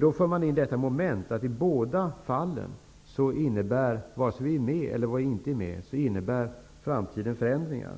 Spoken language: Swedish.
Då för man in momentet att framtiden i båda fallen innebär förändringar, vare sig vi är med eller inte är med.